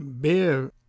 beer